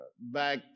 back